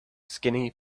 skinny